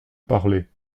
parler